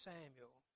Samuel